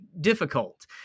difficult